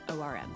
ORM